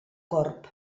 corb